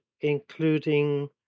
including